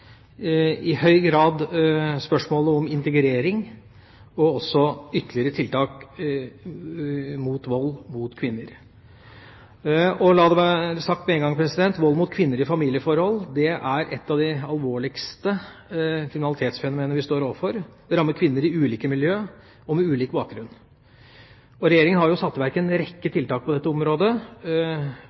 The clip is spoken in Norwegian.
i høy grad spørsmålet om integrering, og også ytterligere tiltak mot vold mot kvinner. La det være sagt med en gang at vold mot kvinner i familieforhold er et av de alvorligste kriminalitetsfenomenene vi står overfor. Det rammer kvinner i ulike miljø, og med ulik bakgrunn. Regjeringa har satt i verk en rekke tiltak på dette området,